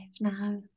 now